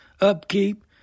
upkeep